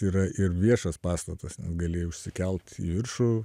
yra ir viešas pastatas gali užsikelt į viršų